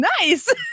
nice